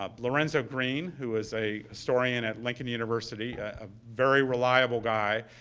ah lorenzo greene, who is a historian at lincoln university, a very reliable guy,